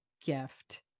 gift